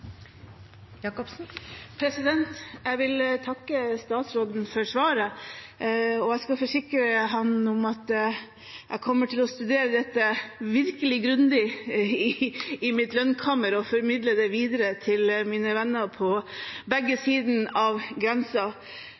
Jeg vil takke statsråden for svaret, og jeg kan forsikre ham om at jeg kommer til å studere dette skikkelig grundig i mitt lønnkammer og formidle det videre til mine venner på begge sider av